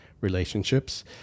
relationships